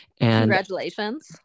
Congratulations